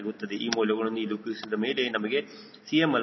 ಈ ಮೌಲ್ಯಗಳನ್ನು ಇಲ್ಲಿ ಉಪಯೋಗಿಸಿದ ಮೇಲೆ ನಮಗೆ Cm4